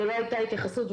שלא היתה אליה התייחסות.